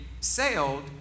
sailed